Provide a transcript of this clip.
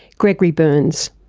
gregory berns.